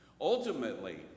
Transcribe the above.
Ultimately